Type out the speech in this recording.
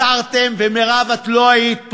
מסרתם, ומירב, את לא היית פה,